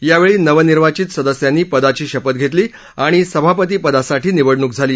यावेळी नवनिर्वाचित सदस्यांनी पदाची शपथ घेतली आणि सभापतीपदासाठी निवडणूक झाली